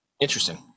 Interesting